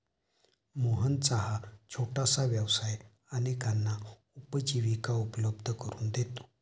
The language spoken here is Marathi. मोहनचा हा छोटासा व्यवसाय अनेकांना उपजीविका उपलब्ध करून देतो